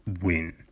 win